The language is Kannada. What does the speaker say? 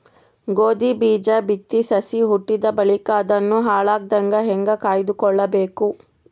ಗೋಧಿ ಬೀಜ ಬಿತ್ತಿ ಸಸಿ ಹುಟ್ಟಿದ ಬಳಿಕ ಅದನ್ನು ಹಾಳಾಗದಂಗ ಹೇಂಗ ಕಾಯ್ದುಕೊಳಬೇಕು?